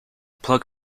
plug